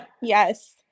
yes